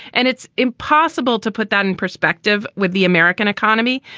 and it's impossible to put that in perspective with the american economy.